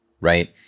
right